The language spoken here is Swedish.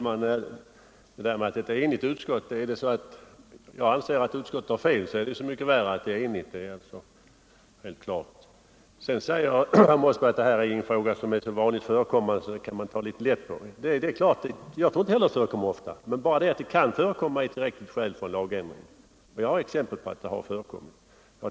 Herr talman! Om utskottet har fel är det så mycket värre att utskottet är enigt. Herr Mossberg säger sedan att eftersom det här är fråga om en företeelse som inte är så vanligt förekommande kan man ta lätt på den. Jag tror inte heller att en sådan här vägran förekommer ofta, men bara det att det kan förekomma är ett tillräckligt skäl för en lagändring. Jag har exempel på att det har förekommit.